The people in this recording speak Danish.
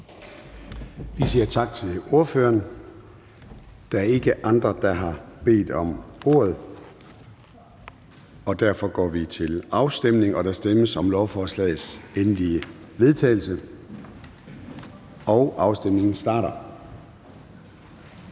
Vi siger tak til ordføreren. Der er ikke andre, der har bedt om ordet. Derfor går vi til afstemning. Kl. 09:32 Afstemning Formanden (Søren Gade): Der stemmes om lovforslagets endelige vedtagelse, og afstemningen starter.